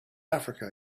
africa